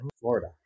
Florida